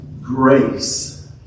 grace